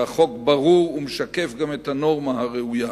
והחוק ברור, וגם משקף את הנורמה הראויה.